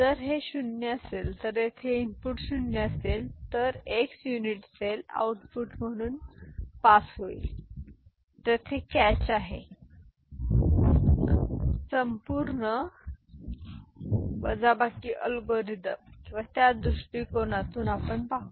जर हे 0 असेल तर येथे इनपुट 0 असेल तर x युनिट सेल आऊटपुट म्हणून पास होईल तेथे कॅच आहे त्या बद्दल चांगली गोष्ट आहे संपूर्ण वजाबाकी अल्गोरिदम किंवा ज्या दृष्टीकोनातून आपण पाहू